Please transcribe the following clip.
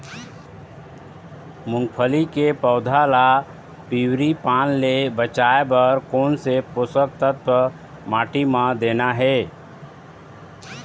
मुंगफली के पौधा ला पिवरी पान ले बचाए बर कोन से पोषक तत्व माटी म देना हे?